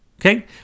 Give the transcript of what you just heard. Okay